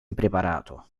impreparato